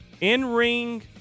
in-ring